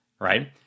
right